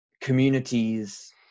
communities